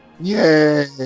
Yay